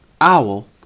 Owl